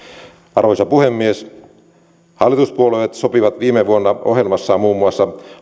arvoisa puhemies hallituspuolueet sopivat viime vuonna ohjelmassaan muun muassa